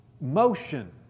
motion